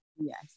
Yes